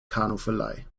kanuverleih